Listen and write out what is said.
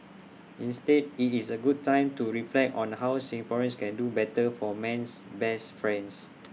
instead IT is A good time to reflect on how Singaporeans can do better for man's best friends